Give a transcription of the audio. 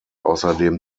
außerdem